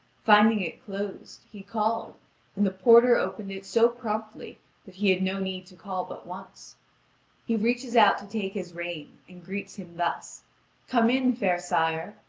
finding it closed, he called, and the porter opened it so promptly that he had no need to call but once he reaches out to take his rein, and greets him thus come in, fair sire.